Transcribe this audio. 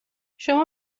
شما